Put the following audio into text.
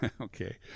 Okay